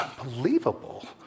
unbelievable